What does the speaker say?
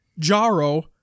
Jaro